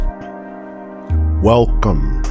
welcome